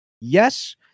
Yes